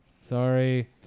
Sorry